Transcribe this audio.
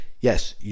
Yes